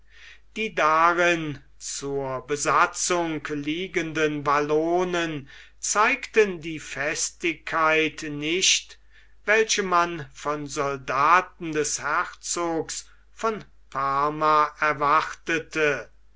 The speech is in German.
die darin zur besatzung liegenden wallonen zeigten die festigkeit nicht welche man von soldaten des herzogs von parma erwartete